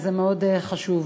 זה מאוד חשוב.